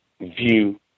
view